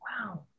Wow